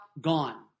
gone